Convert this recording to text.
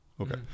okay